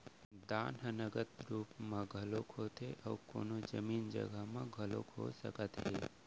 दान ह नगद रुप म घलोक होथे अउ कोनो जमीन जघा म घलोक हो सकत हे